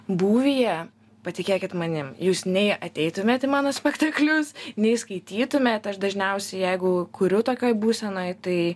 būvyje patikėkit manim jūs nei ateitumėt į mano spektaklius nei skaitytumėt aš dažniausiai jeigu kuriu tokioj būsenoj tai